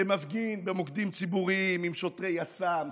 כמפגין במוקדים ציבוריים עם שוטרי יס"מ,